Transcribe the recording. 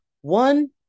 One